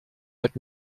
but